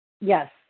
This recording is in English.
Yes